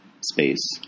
space